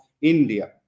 india